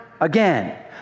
again